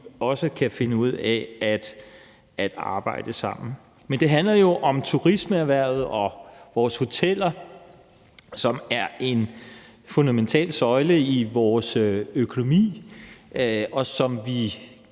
også kan finde ud af at arbejde sammen. Det handler jo om turismeerhvervet og vores hoteller, som er en fundamental søjle i vores økonomi, og som jo